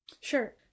Sure